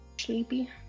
Sleepy